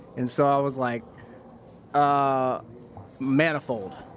and so i was like ah manifold.